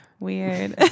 Weird